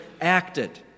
acted